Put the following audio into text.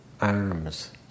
arms